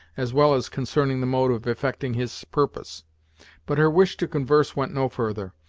as well as concerning the mode of effecting his purpose but her wish to converse went no further.